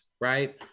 right